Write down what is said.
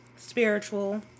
spiritual